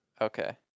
Okay